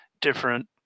different